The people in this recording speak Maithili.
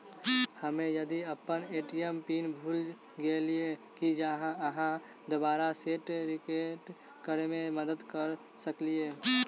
हम्मे यदि अप्पन ए.टी.एम पिन भूल गेलियै, की अहाँ दोबारा सेट रिसेट करैमे मदद करऽ सकलिये?